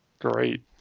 Great